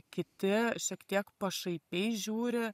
kiti šiek tiek pašaipiai žiūri